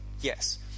Yes